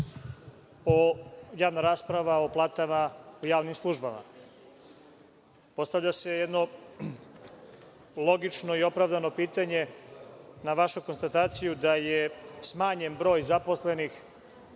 javna rasprava o platama u javnim službama. Postavlja se jedno logično i opravdano pitanje, na vašu konstataciju da je smanjen broj zaposlenih